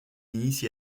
initiée